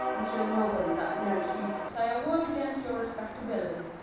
i'm sure nobody that knows you could say a word against your respectability,